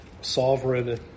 sovereign